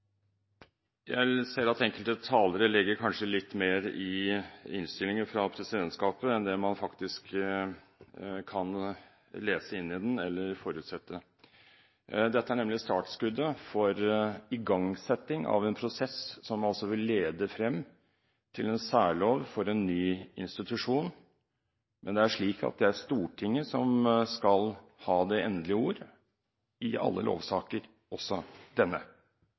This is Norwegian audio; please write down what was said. Jeg ser at enkelte talere kanskje legger litt mer i innstillingen fra presidentskapet enn det man faktisk kan lese inn i den eller forutsette. Dette er nemlig startskuddet for igangsetting av en prosess som altså vil lede frem til en særlov for en ny institusjon, men det er slik at det er Stortinget som skal ha det endelige ord i alle lovsaker, også i denne.